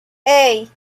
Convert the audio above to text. hey